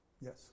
yes